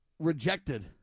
rejected